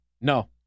No